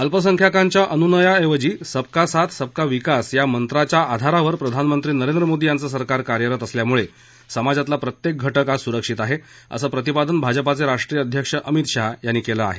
अल्पसंख्याकांच्या अनुनया ऐवजी सबका साथ सबका विकास या मंत्राच्या आधारावर प्रधानमंत्री नरेंद्र मोदी यांचं सरकार कार्यरत असल्यामुळे समाजातला प्रत्येक घटक आज सुरक्षित आहे असं प्रतिपादन भाजपाचे राष्ट्रीय अध्यक्ष अमित शहा यांनी केलं आहे